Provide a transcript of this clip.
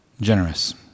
generous